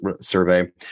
survey